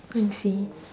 um same